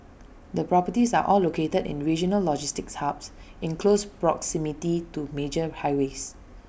the properties are all located in regional logistics hubs in close proximity to major highways